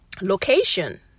location